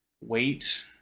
weight